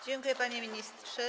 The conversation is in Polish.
Dziękuję, panie ministrze.